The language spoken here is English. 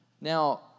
Now